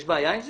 יש בעיה עם זה?